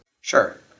Sure